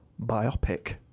biopic